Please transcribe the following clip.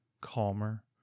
calmer